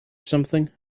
something